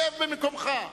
שב במקומך.